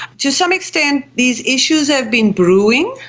to some extent these issues have been brewing,